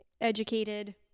educated